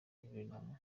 guverinoma